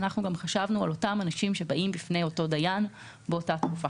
חשבנו על אותם אנשים שבאים בפני אותו דיין באותה תקופה.